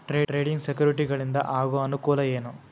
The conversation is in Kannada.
ಟ್ರೇಡಿಂಗ್ ಸೆಕ್ಯುರಿಟಿಗಳಿಂದ ಆಗೋ ಅನುಕೂಲ ಏನ